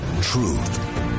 Truth